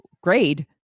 grade